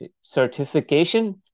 certification